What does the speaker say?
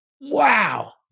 Wow